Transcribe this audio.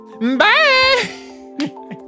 Bye